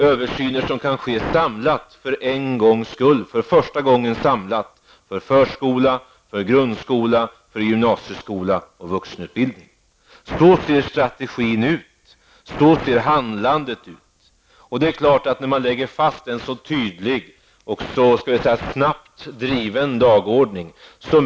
Översynerna kan för en gångs skull göras i ett samlat grepp för förskola, grundskola, gymnasieskola och vuxenutbildning. Så ser strategin och handlandet ut. Självfallet möter man en och annan invändning när man lägger fast en så tydlig och snabbt driven dagordning.